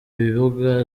bibuga